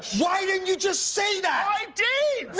why didn't you just say that. i